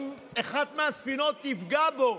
אם אחת מהספינות תפגע בו,